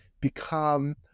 become